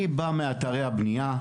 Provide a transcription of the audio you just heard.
אני בא מאתרי הבנייה,